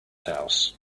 house